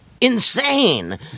insane